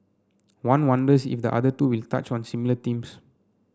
one wonders if the other two will touch on similar themes